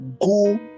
Go